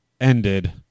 ended